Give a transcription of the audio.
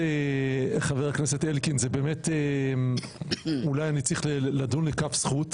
חבר הכנסת אלקין, אולי אני צריך לדון לכף זכות.